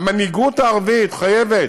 המנהיגות הערבית חייבת,